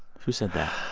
who said that?